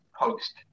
post